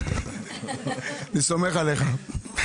אני סומך עליך.